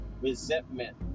resentment